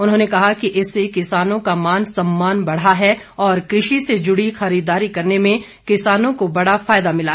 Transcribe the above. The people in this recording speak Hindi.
उन्होंने कहा कि इससे किसानों का मान सम्मान बढ़ा है और कृषि से जुड़ी खरीददारी करने में किसानों को बड़ा फायदा मिला है